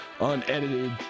unedited